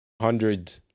hundred